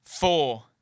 Four